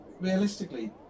realistically